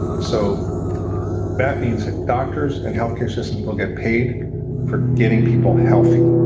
so that means that doctors and healthcare systems will get paid for getting people healthy,